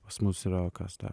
pas mus yra kas dar